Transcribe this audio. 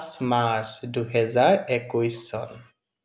পাঁচ মাৰ্চ দুহেজাৰ একৈছ চন